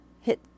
hit